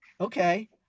okay